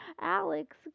Alex